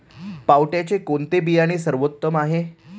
पावट्याचे कोणते बियाणे सर्वोत्तम आहे?